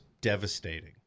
devastating